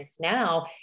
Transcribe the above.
now